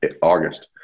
August